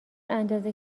اندازه